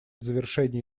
завершения